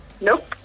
Nope